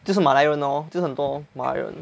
就是马来人 lor 就是很多马来人